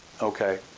Okay